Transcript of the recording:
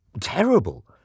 Terrible